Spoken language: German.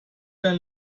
dein